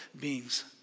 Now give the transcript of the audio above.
beings